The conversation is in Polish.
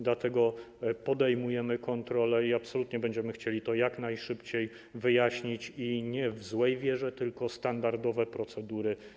Dlatego podejmujemy kontrolę i absolutnie będziemy chcieli to jak najszybciej wyjaśnić - nie w złej wierze, tylko stosując standardowe procedury.